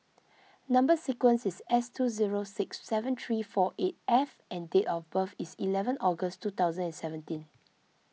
Number Sequence is S two zero six seven three four eight F and date of birth is eleven August two thousand and seventeen